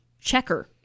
checker